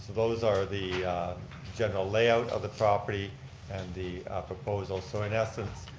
those are the general layout of the property and the proposal. so in essence,